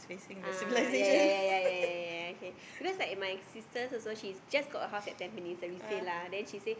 ah ya ya ya ya ya ya ya okay cause like my sister she just got her house at Tampines at resale lah then she say